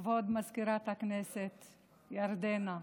כבוד מזכירת הכנסת ירדנה,